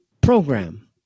program